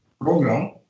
program